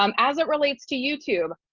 um as it relates to youtube.